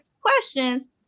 questions